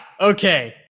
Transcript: okay